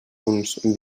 uns